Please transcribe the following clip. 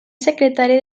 secretari